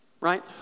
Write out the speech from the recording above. right